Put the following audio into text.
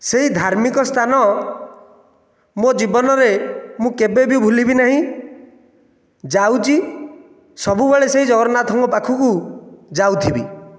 ସେଇ ଧାର୍ମିକ ସ୍ଥାନ ମୋ ଜୀବନରେ ମୁଁ କେବେବି ଭୁଲିବି ନାହିଁ ଯାଉଛି ସବୁବେଳେ ସେହି ଜଗନ୍ନାଥଙ୍କ ପାଖକୁ ଯାଉଥିବି